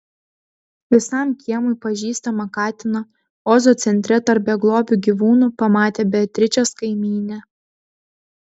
visam kiemui pažįstamą katiną ozo centre tarp beglobių gyvūnų pamatė beatričės kaimynė